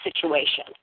situation